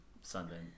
Sunday